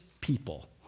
people